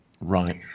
Right